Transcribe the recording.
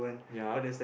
ya